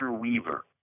weaver